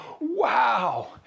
wow